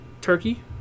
turkey